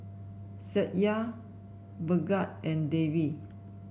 Satya Bhagat and Devi